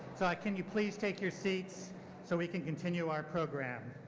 so can you please take your seats so we can continue our program?